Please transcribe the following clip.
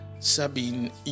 Sabine